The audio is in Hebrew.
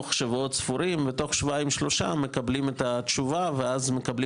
ותוך שבועיים-שלושה מקבלים תשובה ואז מקבלים